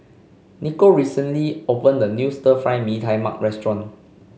Nikko recently opened a new Stir Fry Mee Tai Mak restaurant